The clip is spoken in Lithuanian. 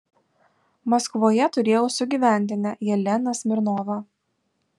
maskvoje turėjau sugyventinę jeleną smirnovą